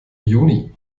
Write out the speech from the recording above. juni